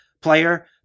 player